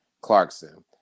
Clarkson